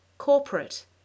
Corporate